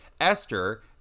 Esther